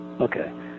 Okay